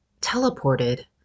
teleported